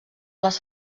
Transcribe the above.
les